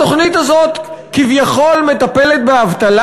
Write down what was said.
התוכנית הזאת כביכול מטפלת באבטלה?